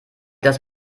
das